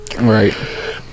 Right